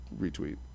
retweet